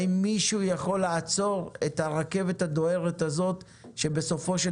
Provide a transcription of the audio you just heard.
האם מישהו יכול לעצור את הרכבת הדוהרת הזאת שבסופו של